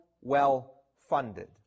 well-funded